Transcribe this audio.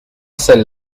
celles